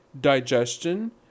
digestion